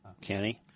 Kenny